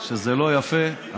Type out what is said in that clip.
שזה לא יפה.